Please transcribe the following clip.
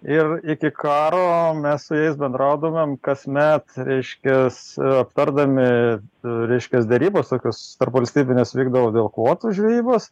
ir iki karo mes su jais bendraudavom kasmet reiškias aptardami reiškias derybos tokios tarpvalstybinės vykdavo dėl kvotų žvejybos